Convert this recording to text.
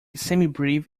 semibrieve